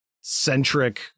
centric